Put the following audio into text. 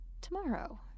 tomorrow